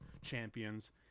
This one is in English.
champions